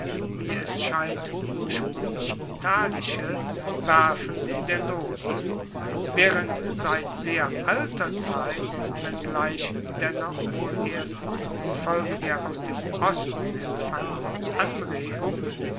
wie es scheint urspruenglich italische werfen der lose waehrend seit sehr alter zeit wenngleich dennoch wohl erst infolge der aus dem osten empfangenen anregung